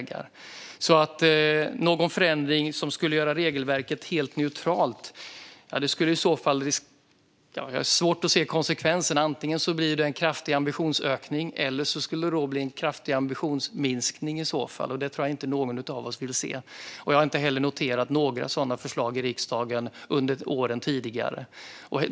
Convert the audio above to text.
Jag har svårt att se konsekvenserna av en förändring som skulle göra regelverket helt neutralt. Antingen blir det en kraftig ambitionsökning eller en kraftig ambitionsminskning, och det senare tror jag inte någon av oss vill se. Jag har inte heller noterat några sådana förslag i riksdagen under tidigare år.